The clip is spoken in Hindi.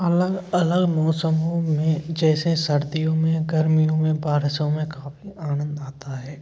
अलग अलग मौसमों में जैसे सर्दियों में गर्मियों में बारिशों में काफी आनंद आता है